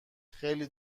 خیلی